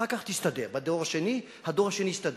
אחר כך תסתדר, בדור השני, הדור השני יסתדר.